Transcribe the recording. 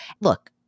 Look